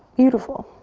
beautiful.